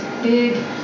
Big